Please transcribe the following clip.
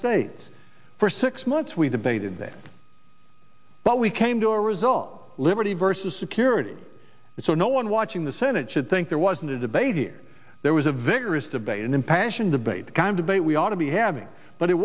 states for six months we debated that but we came to a result liberty versus security so no one watching the senate should think there wasn't a debate here there was a vigorous debate and impassioned debate kind of a we ought to be having but it